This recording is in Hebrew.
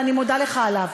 ואני מודה לך עליו,